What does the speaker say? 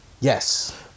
yes